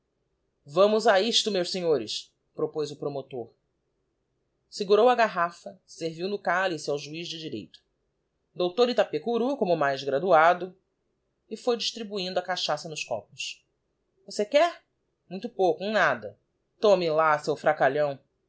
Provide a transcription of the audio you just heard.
vamos a isto meus senhores propoz o promotor segurou a garrafa serviu no cálice ao juiz de direito dr itarecurú como mais íiraduado e foi distribuindo a cachaça nos copos você quer muito pouco um nada tome lá seu fracalhão